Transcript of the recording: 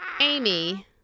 Amy